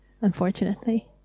unfortunately